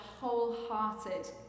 wholehearted